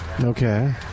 Okay